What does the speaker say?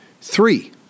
Three